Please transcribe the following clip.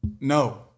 No